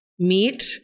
meet